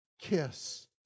kiss